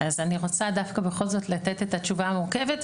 אז אני רוצה דווקא בכל זאת לתת את התשובה המורכבת,